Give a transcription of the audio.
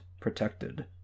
protected